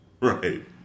Right